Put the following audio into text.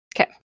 Okay